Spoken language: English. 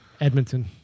Edmonton